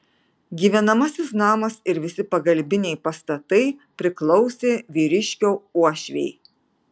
gyvenamasis namas ir visi pagalbiniai pastatai priklausė vyriškio uošvei